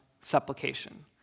supplication